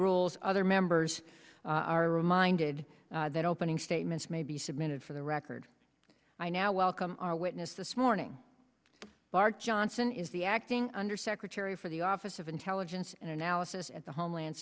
rules other members are reminded that opening statements may be submitted for the record i now welcome our witness this morning mark johnson is the acting undersecretary for the office of intelligence and analysis at the homeland